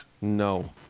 No